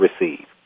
receive